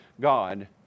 God